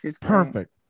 Perfect